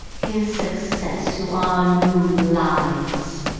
here's success to our new lives!